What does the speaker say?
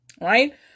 Right